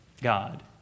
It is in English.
God